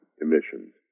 emissions